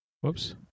Whoops